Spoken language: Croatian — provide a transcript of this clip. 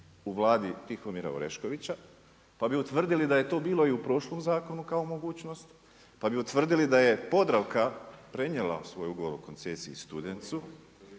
u Vladi Tihomira Oreškovića, pa bi utvrdili da je to bilo i u prošlom zakonu kao mogućnost, pa bi utvrdili da je Podravka prenijela svoj ugovor o koncesiji Studencu,